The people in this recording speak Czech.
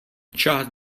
část